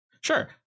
Sure